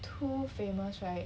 too famous right